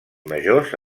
majors